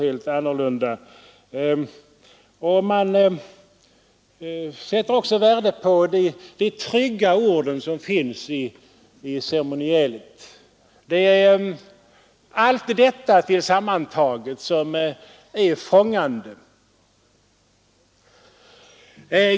Man sätter också värde på de trygga ord som finns i ceremonielet. Det är allt detta tillsammantaget som visat sig vara fångande.